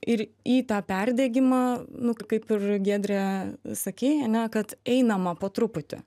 ir į tą perdegimą nu kaip ir giedrė sakei ane kad einama po truputį